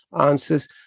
answers